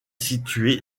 située